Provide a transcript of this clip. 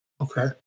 Okay